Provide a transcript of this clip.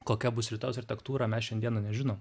kokia bus rytojaus architektūra mes šiandieną nežinom